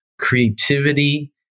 creativity